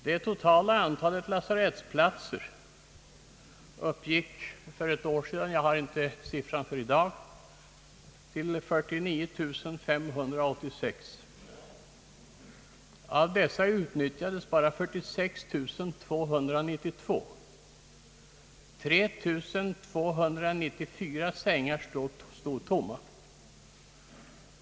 Det totala antalet lasarettsplatser uppgick för ett år sedan — jag har inte siffran för i dag — till 49 586. Av dessa utnyttjades bara 46 292. Alltså stod 3 294 sängar tomma.